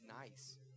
nice